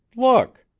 look.